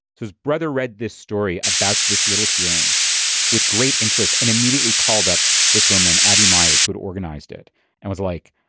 his brother read this story about this little hearing with great interest and immediately called up this woman, abby meyers, who'd organised it and was like,